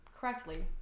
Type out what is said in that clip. correctly